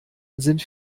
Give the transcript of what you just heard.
sind